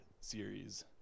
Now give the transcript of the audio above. Series